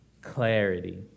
clarity